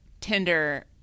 tinder